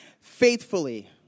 faithfully